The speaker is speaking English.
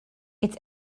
its